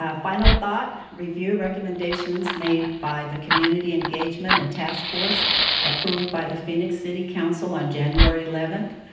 ah final thought, review recommendations made by the community engagement and task force approved by the phoenix city council on january eleven,